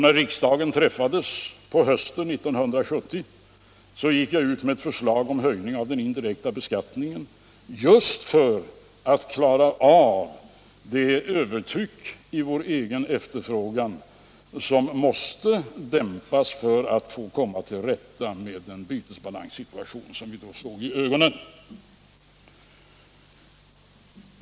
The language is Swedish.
När riksdagen samlades på hösten 1970 lade jag fram ett förslag om höjning av den indirekta beskattningen; momens höjdes just för att klara det övertryck i vår egen efterfrågan, som måste dämpas för att vi skulle komma till rätta med den bytesbalanssituation som vi då såg i ögonen.